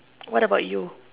what about you